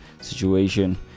situation